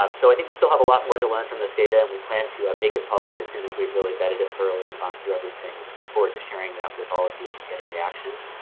um so i think we still have a lot more to learn from this data and we plan to ah make it public as soon as we've really vetted it thoroughly and gone through everything. look forward to sharing that with all of you and getting reactions.